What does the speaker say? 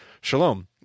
shalom